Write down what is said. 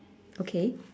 okay